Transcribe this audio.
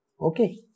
Okay